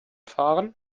fahren